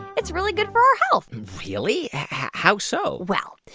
it's really good for our health really? how so? well,